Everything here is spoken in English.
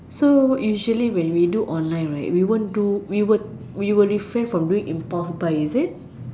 so usually when we do online right we won't do we will we will refrain from doing impulse buy is it